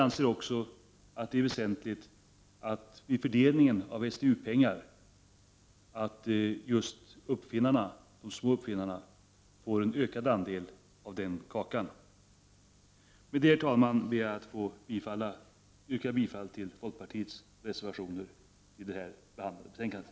Det är väsentligt att just de små uppfinnarna får en ökad andel vid fördelningen av STU-pengarna. Med det, herr talman, ber jag att få yrka bifall till folkpartiets reservationer i det här betänkandet.